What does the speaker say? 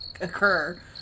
occur